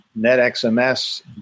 NetXMS